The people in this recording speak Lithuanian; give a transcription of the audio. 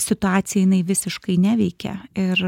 situacija jinai visiškai neveikia ir